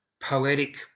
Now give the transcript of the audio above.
poetic